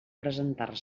presentar